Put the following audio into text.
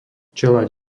čeľaď